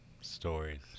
stories